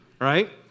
Right